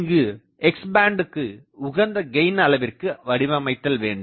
இங்கு X பேண்ட்க்கு உகந்த கெயின் அளவிற்கு வடிவமைத்தல் வேண்டும்